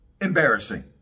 embarrassing